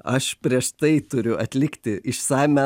aš prieš tai turiu atlikti išsamią